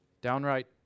downright